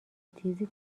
تیزی